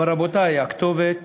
אבל, רבותי, הכתובת